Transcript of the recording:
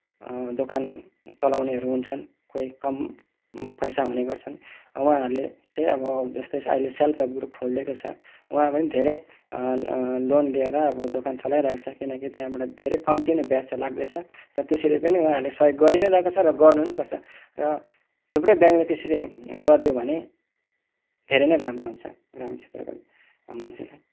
दोकान चलाउनेहरू हुन्छन् कोही कम पैसा हुने गर्छन् उहाँहरूले चाहिँ अब जस्तै चाहिँ अब सेल्फ हेल्प ग्रुप खोलिदिएको उहाँहरू पनि धेरै लोन लिएर अब दोकान चलाइरहेको छ किनकि त्यहाँबाट धेरै कम्ती नै ब्याज चाहिँ लाग्दछ त्यसरी पनि उहाँहरूले सहयोग गरिनै रहेको छ र गर्नु पनि पर्छ र थुप्रै ब्याङ्कले त्यसरी गरिदियो भने धेरै नै राम्रो हुन्छ ग्रामीण क्षेत्रको मान्छेहरूलाई